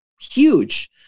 huge